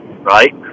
right